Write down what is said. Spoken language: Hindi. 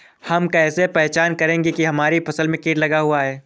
हम कैसे पहचान करेंगे की हमारी फसल में कीट लगा हुआ है?